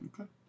Okay